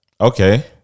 Okay